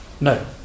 no